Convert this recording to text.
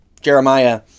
Jeremiah